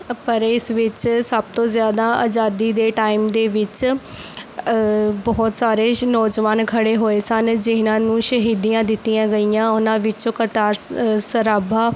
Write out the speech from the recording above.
ਪਰ ਇਸ ਵਿੱਚ ਸਭ ਤੋਂ ਜ਼ਿਆਦਾ ਆਜ਼ਾਦੀ ਦੇ ਟਾਈਮ ਦੇ ਵਿੱਚ ਬਹੁਤ ਸਾਰੇ ਨੌਜਵਾਨ ਖੜੇ ਹੋਏ ਸਨ ਜਿਹਨਾਂ ਨੂੰ ਸ਼ਹੀਦੀਆਂ ਦਿੱਤੀਆਂ ਗਈਆਂ ਉਹਨਾਂ ਵਿੱਚੋਂ ਕਰਤਾਰ ਸ ਸਰਾਭਾ